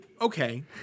Okay